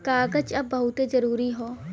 कागज अब बहुते जरुरी हौ